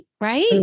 right